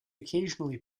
occasionally